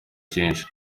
cyinshi